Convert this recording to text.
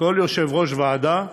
כל יושב-ראש ועדה